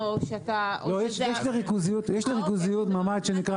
יש לריכוזיות מדד שנקרא